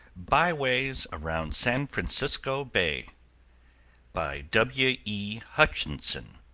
byways around san francisco bay by w. e. hutchinson